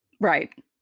Right